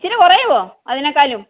ഇച്ചിരി കുറയുമോ അതിനേക്കാളും